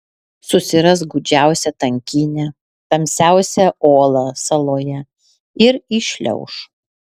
susiras gūdžiausią tankynę tamsiausią olą saloje ir įšliauš